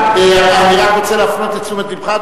אני רק רוצה להפנות את תשומת לבך,